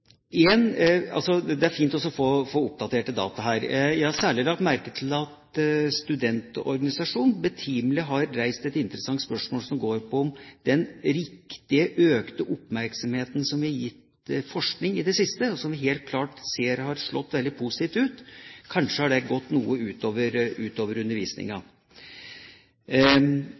Det er fint å få oppdaterte data. Jeg har særlig lagt merke til at studentorganisasjonene betimelig har reist et interessant spørsmål, som går på om den riktige, økte oppmerksomheten som vi har gitt forskning i det siste, og som vi helt klart ser har slått veldig positivt ut, kanskje har gått noe